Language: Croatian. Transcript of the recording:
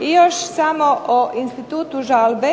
I još samo o institutu žalbe.